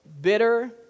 bitter